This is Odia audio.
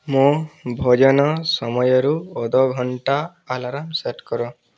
ମୋ ଭୋଜନ ସମୟରୁ ଅଧ ଘଣ୍ଟା ଆଲାର୍ମ ସେଟ୍ କର